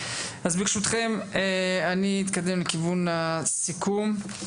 אז ברשותכם, אני אתקדם לכיוון הסיכום.